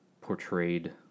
portrayed